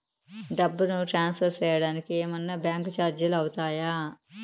డబ్బును ట్రాన్స్ఫర్ సేయడానికి ఏమన్నా బ్యాంకు చార్జీలు అవుతాయా?